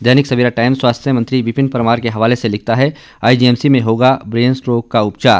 दैनिक Savera Times स्वास्थ्य मंत्री विपिन परमार के हवाले से लिखता है आईजीएमसी में होगा ब्रेन स्ट्रोक का उपचार